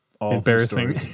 embarrassing